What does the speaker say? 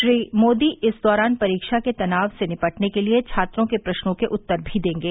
श्री मोदी इस दौरान परीक्षा के तनाव से निपटने के लिए छात्रों के प्रश्नों के उत्तर भी देंगे